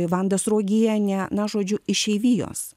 vanda sruogienė na žodžiu išeivijos